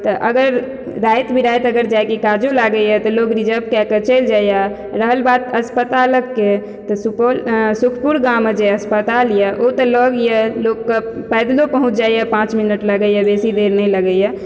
तऽ अगर राति बिराति अगर जाइके काजो लागैए तऽ लोक रिजर्व कयके चलि जाइया रहल बात अस्पतालक के तऽ सुपोल आ सुखपुर गावमे जे अस्पताल यऽ ओऽ तऽ लग यऽ लोक कऽ पैदल ओ पहुंच जाइया पाँच मिनट लगैया बेसी देर नहि लगैया